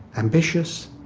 ambitious,